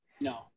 No